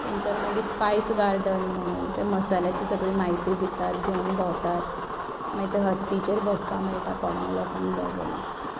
थंयसर मागीर spice garden म्हणून ते मसाल्याची सगळी म्हायती दितात घेवन भोंवतात मागीर थंय हत्तीचेर बसपाक मेळटा कोणाक लोकांक जाय जाल्यार